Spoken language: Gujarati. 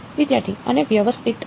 વિદ્યાર્થી અને વ્યસ્ત લો